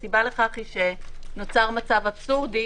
הסיבה לכך היא שנוצר מצב אבסורדי,